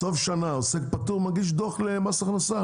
בסוף שנה עוסק פטור מגיש דוח למס הכנסה.